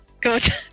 Good